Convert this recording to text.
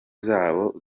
zabo